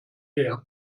her